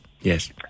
yes